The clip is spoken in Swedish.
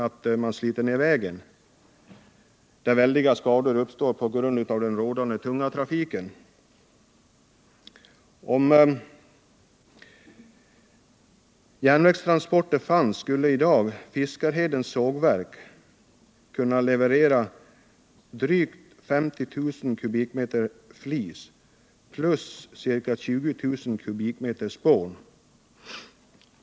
Väldiga skador uppstår nämligen framför allt på grund av den tunga trafiken. Om det fanns möjligheter att transportera på järnväg skulle i dag Fiskarhedens sågverk kunna leverera drygt 50 000 m? flis och ca 20 000 m? spån.